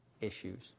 issues